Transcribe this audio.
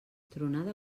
tronada